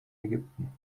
ägypten